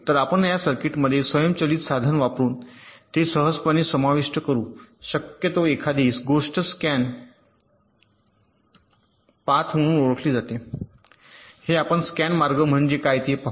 तर आपण या सर्किटमध्ये स्वयंचलित साधन वापरुन ते सहजपणे समाविष्ट करू शकतो एखादी गोष्ट स्कॅन पाथ म्हणून ओळखली जाते हे आपण स्कॅन मार्ग म्हणजे काय ते पाहू